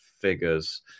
figures